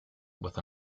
with